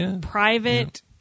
private